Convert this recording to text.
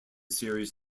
series